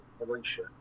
Alicia